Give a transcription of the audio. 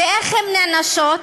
ואיך הן נענשות?